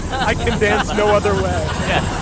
i can dance no other way yes.